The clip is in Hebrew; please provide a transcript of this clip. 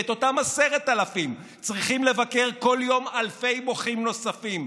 ואת אותם עשרת אלפים צריכים לבקר כל יום אלפי מוחים נוספים,